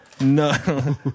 No